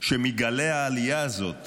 שמגלי העלייה האלה של